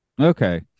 Okay